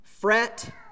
Fret